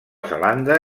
zelanda